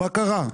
למה לא?